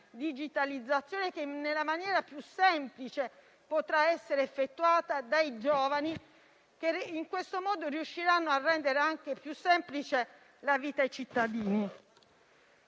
attese, che, nella maniera più semplice, potranno essere realizzate dai giovani, che in questo modo riusciranno a rendere anche più semplice la vita ai cittadini.